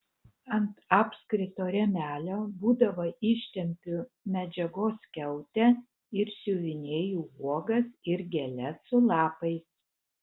ant apskrito rėmelio būdavo ištempiu medžiagos skiautę ir siuvinėju uogas ir gėles su lapais